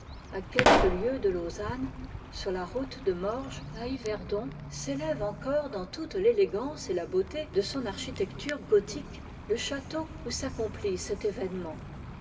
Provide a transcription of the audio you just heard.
a quelques lieues de lausanne sur la route de morges à yverdon s'élève encore dans toute l'élégance et la beauté de son architecture gothique le château où s'accomplit cet événement